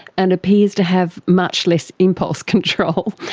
and appears to have much less impulse control.